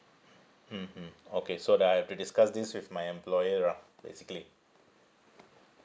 mmhmm okay so that I have to discuss this with my employer lah basically